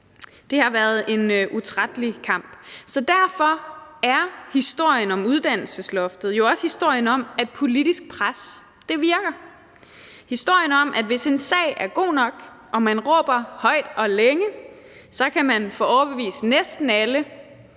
De har ført en utrættelig kamp. Derfor er historien om uddannelsesloftet jo også historien om, at politisk pres virker. Det er historien om, at hvis en sag er god nok og man råber højt og længe, så kan man få overbevist næsten alle